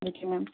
okay ma'am